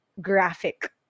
graphic